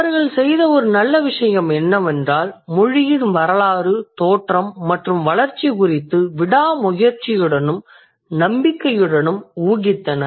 அவர்கள் செய்த ஒரு நல்ல விசயம் என்னவென்றால் மொழியின் வரலாறு தோற்றம் மற்றும் வளர்ச்சி குறித்து விடாமுயற்சியுடனும் நம்பிக்கையுடனும் ஊகித்தனர்